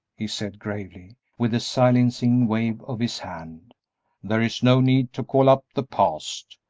he said, gravely, with a silencing wave of his hand there is no need to call up the past.